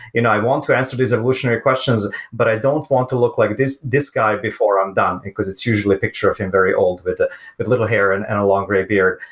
you know i want to answer this evolutionary questions, but i don't want to look like this this guy before i'm done, because it's usually a picture of him very old with ah with little hair and and a long gray beard.